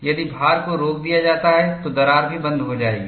यदि भार को रोक दिया जाता है तो दरार भी बंद हो जाएगी